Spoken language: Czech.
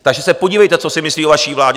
Takže se podívejte, co si myslí o vaší vládě.